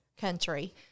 country